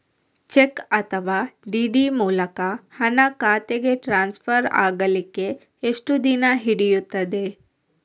Check ಅಥವಾ DD ಮೂಲಕ ಹಣ ಖಾತೆಗೆ ಟ್ರಾನ್ಸ್ಫರ್ ಆಗಲಿಕ್ಕೆ ಎಷ್ಟು ದಿನ ಹಿಡಿಯುತ್ತದೆ?